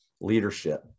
Leadership